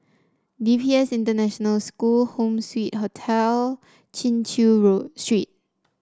D P S International School Home Suite Hotel Chin Chew Road Street